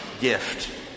gift